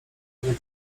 nie